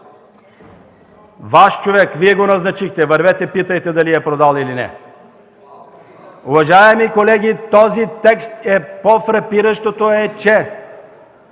Ваш човек, Вие го назначихте. Вървете и питайте дали е продал или не. Уважаеми колеги, по-фрапиращото в